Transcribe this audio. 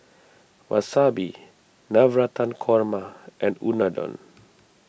Wasabi Navratan Korma and Unadon